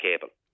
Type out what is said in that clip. cable